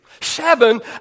Seven